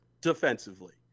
defensively